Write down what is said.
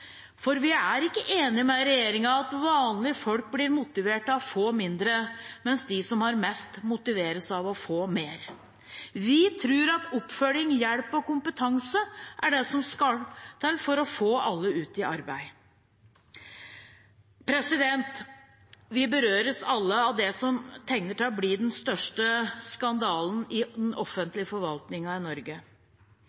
For vi er ikke enig med regjeringen i at vanlige folk blir motivert av å få mindre, mens de som har mest, motiveres av å få mer. Vi tror at oppfølging, hjelp og kompetanse er det som skal til for å få alle ut i arbeid. Vi berøres alle av det som tegner til å bli den største skandalen i den